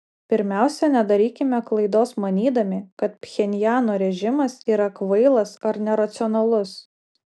pirmiausia nedarykime klaidos manydami kad pchenjano režimas yra kvailas ar neracionalus